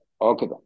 Okay